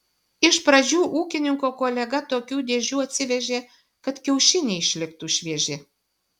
iš pradžių ūkininko kolega tokių dėžių atsivežė kad kiaušiniai išliktų švieži